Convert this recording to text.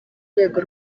rwego